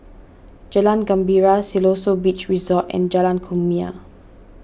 Jalan Gembira Siloso Beach Resort and Jalan Kumia